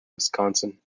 wisconsin